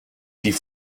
die